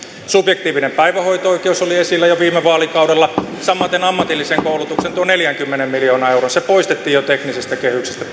subjektiivinen päivähoito oikeus oli esillä jo viime vaalikaudella samaten ammatillisen koulutuksen tuo neljäkymmentä miljoonaa euroa se poistettiin jo teknisistä kehyksistä